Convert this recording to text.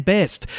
Best